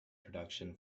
production